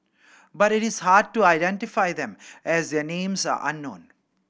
but it is hard to identify them as their names are unknown